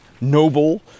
noble